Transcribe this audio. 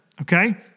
okay